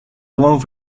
gewoon